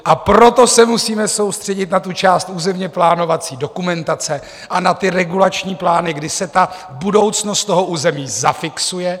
A proto se musíme soustředit na tu část územněplánovací dokumentace a na regulační plány, kdy se budoucnost toho území zafixuje.